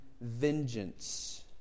vengeance